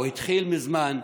או התחיל מזמן,